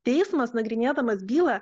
teismas nagrinėdamas bylą